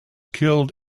killed